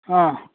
ಹಾಂ